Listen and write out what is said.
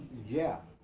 yeah.